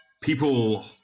people